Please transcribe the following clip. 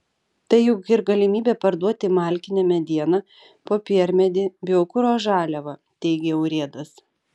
tai juk ir galimybė parduoti malkinę medieną popiermedį biokuro žaliavą teigė urėdas